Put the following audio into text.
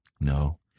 No